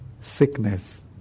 sickness